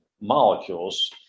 molecules